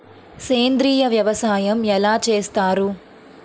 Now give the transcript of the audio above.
సేంద్రీయ వ్యవసాయం ఎలా చేస్తారు?